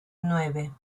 nueve